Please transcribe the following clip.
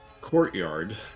courtyard